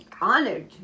honored